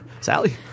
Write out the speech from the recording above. Sally